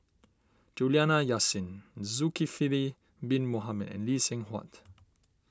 Juliana Yasin Zulkifli Bin Mohamed and Lee Seng Huat